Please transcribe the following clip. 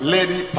Lady